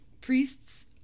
priests